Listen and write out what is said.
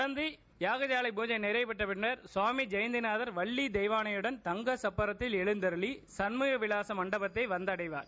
தொடர்ந்து யாகசாலை பூஜை நிறைவடைந்தபின்னர் சுவாமி ஜெயந்திநாதர் வள்ளி தெய்வாளையுடன் தங்கசப்பாத்தில் எழுந்தருளி சண்முகவிவாச மண்டபத்தை வந்தடைவார்